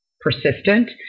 persistent